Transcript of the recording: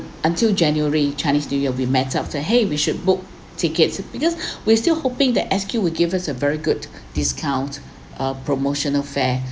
until january chinese new year we met up to !hey! we should book tickets because we are still hoping the S_Q would give us a very good discount a promotional fare